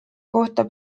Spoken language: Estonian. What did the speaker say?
kohta